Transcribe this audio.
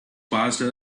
passed